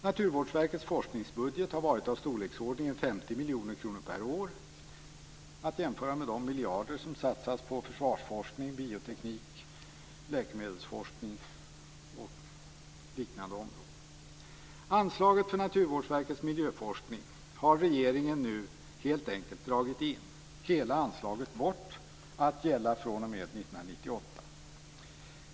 Naturvårdsverkets forskningsbudget har varit i storleksordningen 50 miljoner kronor per år. Det kan jämföras med de miljarder som satsas på försvarsforskning, bioteknik, läkemedelsforskning och liknande områden. Nu har regeringen helt enkelt dragit in anslaget till Naturvårdsverkets miljöforskning. Hela anslaget skall bort, och det skall gälla fr.o.m. 1998.